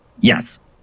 yes